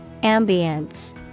Ambience